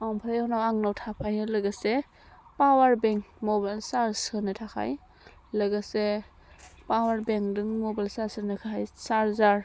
ओमफ्राय उनाव आंनाव थाफायो लोगोसे पावार बेंक मबाइल चार्ज होनो थाखाय लोगोसे पावार बेंकदो चार्ज होनो थाखाय चार्जार